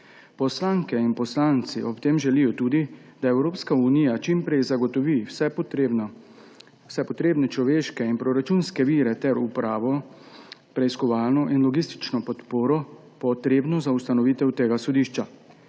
Poslanke in poslanci ob tem želijo tudi, da Evropska unija čim prej zagotovi vse potrebne človeške in proračunske vire ter upravno, preiskovalno in logistično podporo, potrebno za ustanovitev tega sodišča.